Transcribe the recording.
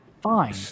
fine